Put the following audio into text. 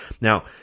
now